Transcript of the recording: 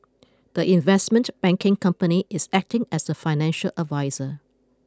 the investment banking company is acting as a financial adviser